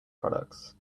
products